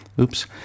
oops